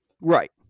Right